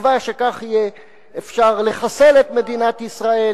תקווה שכך יהיה אפשר לחסל את מדינת ישראל,